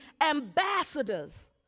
ambassadors